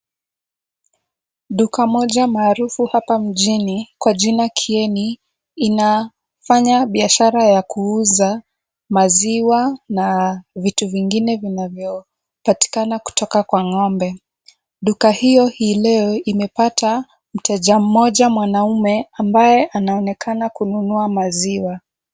Duka moja maarufu hapa mjini kwa jina KIENI inafanya biashara ya kuuza maziwa na vitu vingine vinavyopatikana kutoka kwa ng'ombe. Duka hiyo hii leo imepata mteja mmoja mwanaume ambaye anaonekana kununua maziwa.